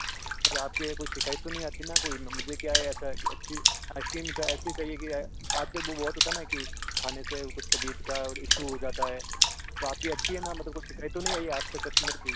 और आपके कोई शिकायत तो नहीं आती ना कोई मुझे क्या है ऐसा है कि अच्छी आइस क्रीम ऐसी चाहिए कि आजकल वो बहुत होता है ना कि खाने से कुछ तबियत का और इशू हो जाता है तो आपकी अच्छी है ना मतलब कुछ शिकायत तो नहीं आई है आज तक कस्टमर की